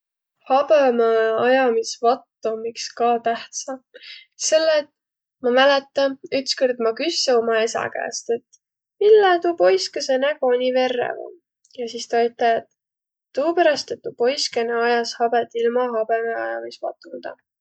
Habõmõajamisvatt om iks ka tähtsä, selle et ma mäletä, ütskõrd ma küsse uma esä käest, et mille tuu pois'kõsõ nägo nii verrev om. Ja sis tä ütel', tuuperäst, et tuu pois'kõnõ ajas habet ilma habemeajamisvatuldaq.